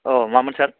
अ मामोन सार